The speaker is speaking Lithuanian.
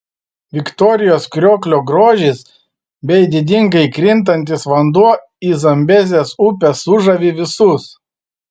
viktorijos krioklio grožis bei didingai krintantis vanduo į zambezės upę sužavi visus